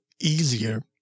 easier